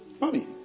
Mommy